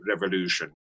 revolution